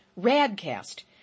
Radcast